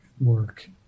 work